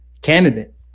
candidate